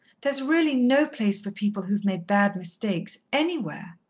there's really no place for people who've made bad mistakes anywhere.